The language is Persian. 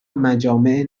مجامع